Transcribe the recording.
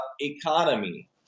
economy